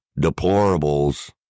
deplorables